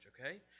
Okay